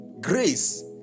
Grace